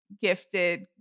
gifted